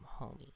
homie